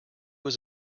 was